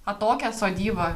atokią sodybą